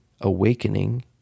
Awakening